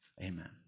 Amen